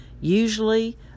usually